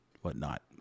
whatnot